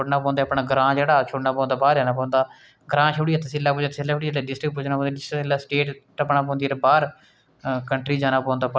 केह् मतलब ऐ की प्रेमचंद जी आक्खना चाहंदे न की जेह्ड़ियां जनानियां बिच रौहंदियां दरोआज़ै अंदर ते लक्कड़ बस दरोआज़ै ई टंगे दा रौहंदा हा